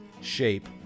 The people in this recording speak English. shape